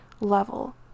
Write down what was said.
level